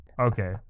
Okay